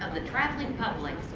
ah the traveling public,